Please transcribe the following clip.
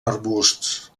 arbusts